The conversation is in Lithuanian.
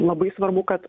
labai svarbu kad